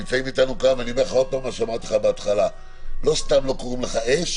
לא סתם לא קוראים לך אש